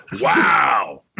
Wow